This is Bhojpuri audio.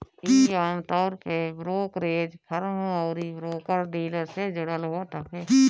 इ आमतौर पे ब्रोकरेज फर्म अउरी ब्रोकर डीलर से जुड़ल होत हवे